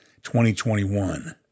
2021